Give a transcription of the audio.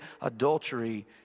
adultery